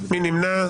מי נמנע?